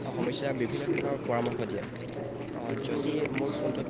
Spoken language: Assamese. সমস্যাৰ বিভিন্ন ধৰণৰ পৰামৰ্শ দিয়ে যদি মোৰ ফোনটোত